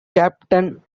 captain